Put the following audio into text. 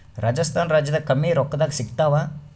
ರಾಜಸ್ಥಾನ ರಾಜ್ಯದಾಗ ಕಮ್ಮಿ ರೊಕ್ಕದಾಗ ಸಿಗತ್ತಾವಾ?